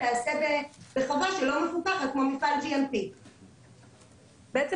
תיעשה בחווה שלא מפוקחת כמו מפעל GMT. בעצם